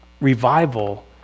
Revival